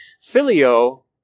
Filio